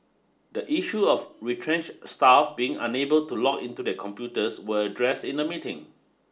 the issue of retrenched staff being unable to log into their computers was addressed in the meeting